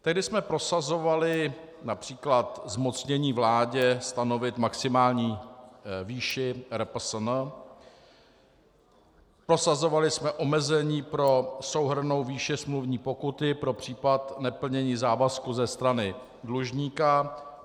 Tehdy jsme prosazovali například zmocnění vládě stanovit maximální výši RPSN, prosazovali jsme omezení pro souhrnnou výši smluvní pokuty pro případ neplnění závazku ze strany dlužníka.